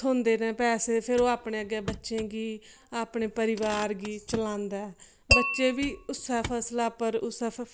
थ्होंदे नै पैसे फिर ओह् अपने अग्गे बच्चें गी अपने परिवार गी चलांदा ऐ बच्चे बी उस्सै फसला उप्पर उस्सै